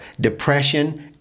depression